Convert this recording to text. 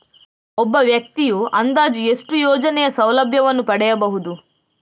ಒಬ್ಬ ವ್ಯಕ್ತಿಯು ಅಂದಾಜು ಎಷ್ಟು ಯೋಜನೆಯ ಸೌಲಭ್ಯವನ್ನು ಪಡೆಯಬಹುದು?